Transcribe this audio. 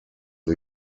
new